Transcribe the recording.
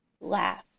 laugh